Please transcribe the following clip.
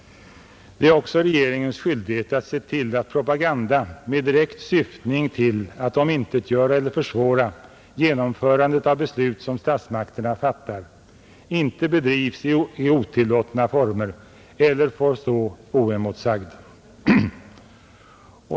Det är också regeringens skyldighet att se till att propaganda med direkt syftning till att omintetgöra eller försvåra genomförandet av beslut som statsmakterna fattar inte bedrivs i otillåtna former eller får stå oemotsagd.